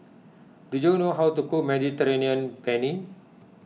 do you know how to cook Mediterranean Penne